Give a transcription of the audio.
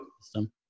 system